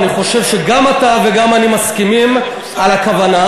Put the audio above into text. אני חושב שגם אתה וגם אני מסכימים על הכוונה,